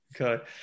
Okay